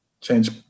change